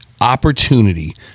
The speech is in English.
opportunity